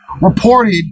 reported